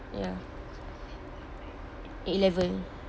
ya A level